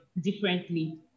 differently